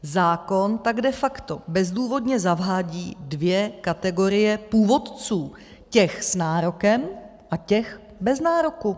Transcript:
Zákon tak de facto bezdůvodně zavádí dvě kategorie původců těch s nárokem a těch bez nároku.